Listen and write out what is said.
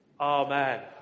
Amen